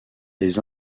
les